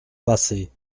bassée